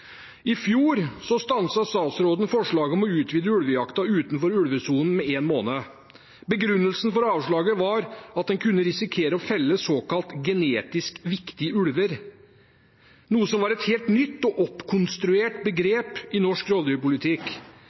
I fjor stanset statsråden forslaget om å utvide ulvejakten utenfor ulvesonen med én måned. Begrunnelsen for avslaget var at en kunne risikere å felle såkalt genetisk viktige ulver, noe som var et helt nytt og oppkonstruert begrep i norsk rovdyrpolitikk.